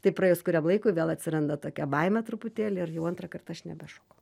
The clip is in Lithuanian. tai praėjus kuriam laikui vėl atsiranda tokia baimė truputėlį ir jau antrą kartą aš nebešokau